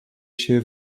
się